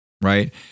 right